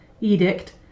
edict